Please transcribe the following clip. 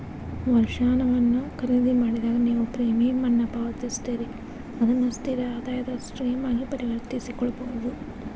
ವರ್ಷಾಶನವನ್ನ ಖರೇದಿಮಾಡಿದಾಗ, ನೇವು ಪ್ರೇಮಿಯಂ ಅನ್ನ ಪಾವತಿಸ್ತೇರಿ ಅದನ್ನ ಸ್ಥಿರ ಆದಾಯದ ಸ್ಟ್ರೇಮ್ ಆಗಿ ಪರಿವರ್ತಿಸಕೊಳ್ಬಹುದು